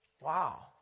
Wow